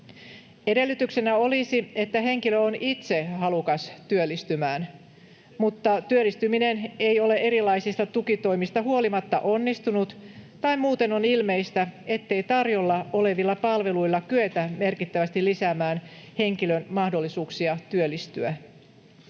Edellytyksenä olisi, että henkilö on itse halukas työllistymään mutta työllistyminen ei ole erilaisista tukitoimista huolimatta onnistunut tai on muuten ilmeistä, ettei tarjolla olevilla palveluilla kyetä merkittävästi lisäämään henkilön mahdollisuuksia työllistyä.